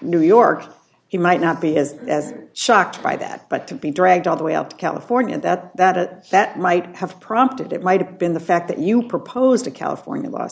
new york he might not be as as shocked by that but to be dragged all the way up to california that that that might have prompted it might have been the fact that you proposed a california la